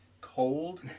cold